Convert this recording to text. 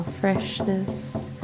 freshness